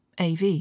AV